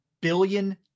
billion